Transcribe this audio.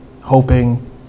hoping